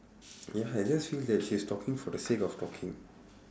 ya I just feel that she is talking for the sake of talking